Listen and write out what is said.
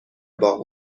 باغ